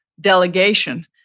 delegation